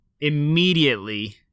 immediately